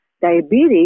diabetes